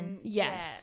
Yes